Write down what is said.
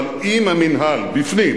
אבל אם המינהל בפנים,